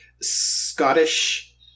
Scottish